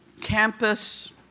campus